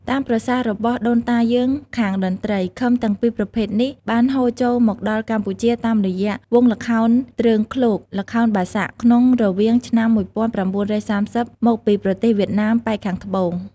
តាមប្រសាសន៍របស់ដូនតាយើងខាងតន្ដ្រី ឃឹមទាំងពីរប្រភេទនេះបានហូរចូលមកដល់កម្ពុជាតាមរយៈវង់ល្ខោនទ្រើងឃ្លោក (ល្ខោនបាសាក់) ក្នុងរវាងឆ្នាំ១៩៣០ មកពីប្រទេសវៀតណាមប៉ែកខាងត្បូង។